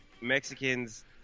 Mexicans